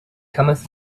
cometh